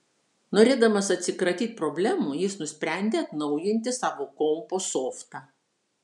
norėdamas atsikratyt problemų jis nusprendė atnaujinti savo kompo softą